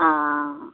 आं